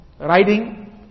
riding